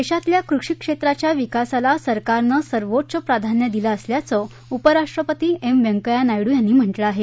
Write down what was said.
देशातल्या कृषी क्षेत्राच्या विकासाला सरकारनं सर्वोच्च प्राधान्य दिलं असल्याचं उपराष्ट्रपती एम व्यंकय्या नायडू यांनी म्हटलं आहे